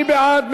מי בעד?